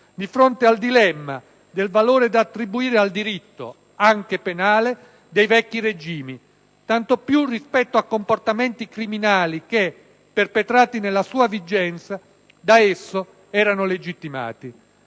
di fronte al dilemma del valore da attribuire al diritto (anche penale) dei vecchi regimi, tanto più rispetto a comportamenti "criminali" che, perpetrati nella sua vigenza, da esso erano legittimati.